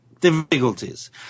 difficulties